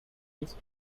disk